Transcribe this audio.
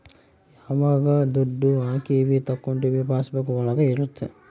ಯಾವಾಗ ದುಡ್ಡು ಹಾಕೀವಿ ತಕ್ಕೊಂಡಿವಿ ಪಾಸ್ ಬುಕ್ ಒಳಗ ಇರುತ್ತೆ